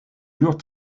lourd